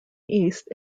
east